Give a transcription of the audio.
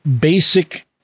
basic